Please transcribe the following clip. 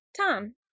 Tom